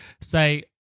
Say